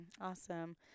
Awesome